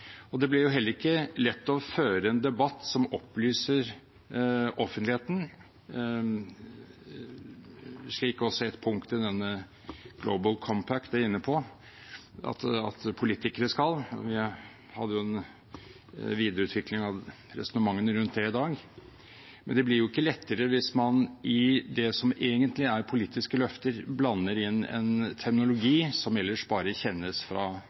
dokumenter. Det blir heller ikke lett å føre en debatt som opplyser offentligheten, slik også et punkt i Global Compact er inne på at politikere skal – vi hadde jo en videreutvikling av resonnementene rundt det i dag – hvis man i det som egentlig er politiske løfter, blander inn en terminologi som ellers